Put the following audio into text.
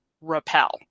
repel